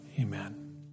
amen